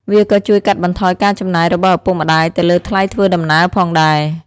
វាក៏ជួយកាត់បន្ថយការចំណាយរបស់ឪពុកម្តាយទៅលើថ្លៃធ្វើដំណើរផងដែរ។